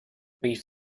rief